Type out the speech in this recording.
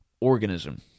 organism